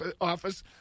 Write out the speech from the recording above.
Office